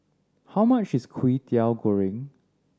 how much is Kwetiau Goreng